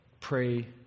pray